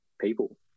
people